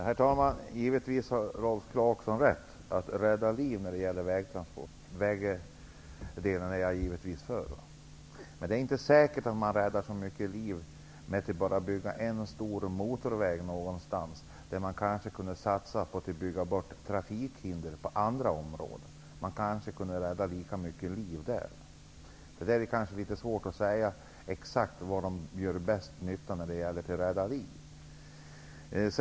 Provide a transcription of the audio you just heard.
Herr talman! Givetvis har Rolf Clarkson rätt i att man skall rädda liv när det gäller vägtransporter. Men det är inte säkert att man räddar så många liv bara genom att bygga en stor motorväg någonstans där man kanske kunde ha satsat på att bygga bort trafikhinder på andra områden. Man skulle kanske kunna rädda lika många liv på det sättet. Men det är litet svårt att säga vad som gör bäst nytta när det gäller att rädda liv.